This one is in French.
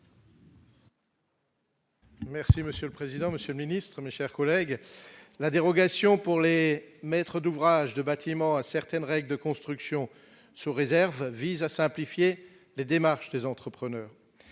Merci monsieur le président, Monsieur le Ministre, mes chers collègues, la dérogation pour les maîtres d'ouvrage du bâtiment à certaines règles de construction se réserve vise à simplifier les démarches des entrepreneurs